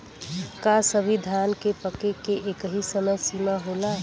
का सभी धान के पके के एकही समय सीमा होला?